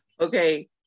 Okay